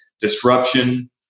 disruption